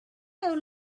know